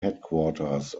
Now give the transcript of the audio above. headquarters